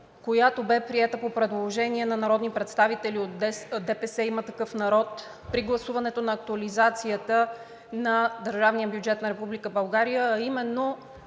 която беше приета по предложение на народни представители от ДПС и „Има такъв народ“ при гласуването на актуализацията на държавния